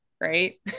right